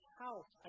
house